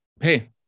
Hey